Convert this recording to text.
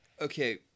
Okay